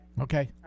Okay